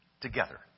together